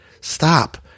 Stop